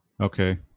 Okay